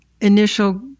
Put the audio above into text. initial